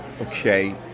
okay